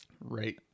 Right